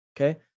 okay